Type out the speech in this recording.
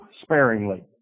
sparingly